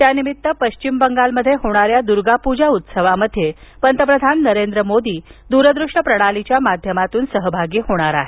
यानिमित्त पश्चिम बंगालमध्ये होणाऱ्या दुर्गा पूजा उत्सवात पंतप्रधान नरेंद्र मोदी द्र दृश्य प्रणालीच्या माध्यमातून सहभागी होणार आहेत